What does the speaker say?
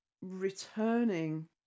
returning